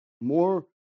more